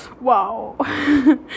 wow